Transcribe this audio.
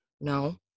No